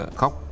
khóc